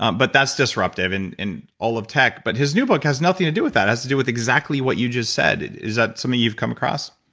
um but that's disruptive and in all of tech, but his new book has nothing to do with that, has to do with exactly what you just said. is that something you've come across?